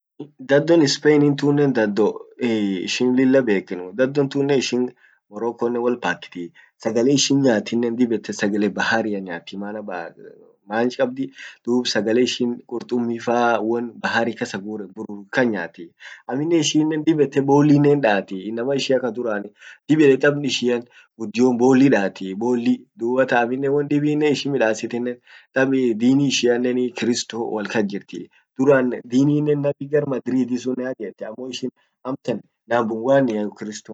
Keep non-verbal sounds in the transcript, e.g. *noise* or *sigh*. Dhado Spain inen tun dhado ishin *hesitation* lilla bekenuu. Dhadon tun ishinen Moroccon nnen wol pakiti. Sagale sihin nyaatinnen sagale baharia nyaati maana *unintelligible* many kabdi dub sagale ishin qurtummi fa, won bahari kasa gurren won kan nyaati. Aminnen ishin dib ette bollinen hindaati.inama ishian ka durani dib ede tamn ishian guddion bolli daati, bolli, dubatan amminnen won dibinnen ishin midasit innen, tab *hesitation* dini ishiannen kristo wol kas jirti, duran dininnen nabinen gar madrid sunnen hagete ammo ishin amtan number um wannia ukristo paka amtannen.